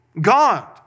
God